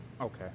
Okay